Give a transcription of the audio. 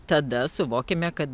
tada suvokėme kad